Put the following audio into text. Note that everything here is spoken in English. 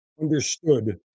understood